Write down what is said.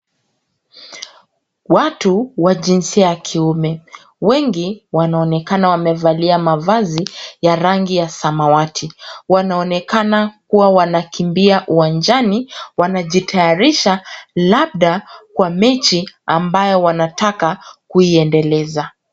Watu wa jinsia ya kiume. Wengi wanaonekana wamevalia mavazi ya rangi ya samawati. Wanaonekana kuwa wana kimbia uwanjani wanajitayarisha labda kwa mechi ambayo wana taka kuiendeleza.